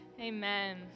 amen